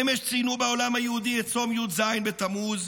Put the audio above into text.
אמש ציינו בעולם היהודי את צום י"ז בתמוז,